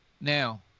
now